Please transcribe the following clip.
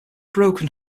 broken